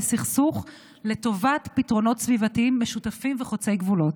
סכסוך לטובת פתרונות סביבתיים משותפים וחוצי גבולות.